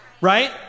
right